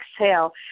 exhale